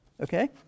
Okay